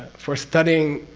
for studying